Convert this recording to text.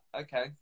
Okay